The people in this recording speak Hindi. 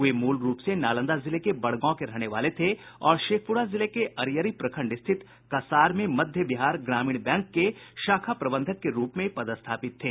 वे मूल रूप से नालंदा जिले के बड़गांव के रहने वाले थे और शेखपुरा जिले के अरियरी प्रखंड स्थित कसार में मध्य बिहार ग्रामीण बैंक के शाखा प्रबंधक के रूप में पदस्थापित थे